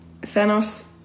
thanos